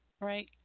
right